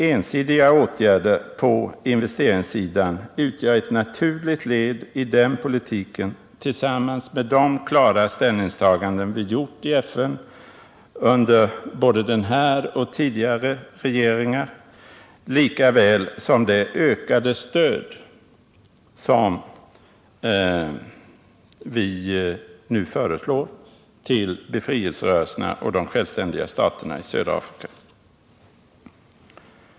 Ensidiga åtgärder på investeringssidan utgör ett naturligt led i den politiken tillsammans med de klara ställningstaganden vi gjort i FN under både den här och tidigare regeringar och det ökade stöd som vi nu föreslår till befrielserörelserna och de självständiga staterna i södra Afrika.